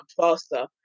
faster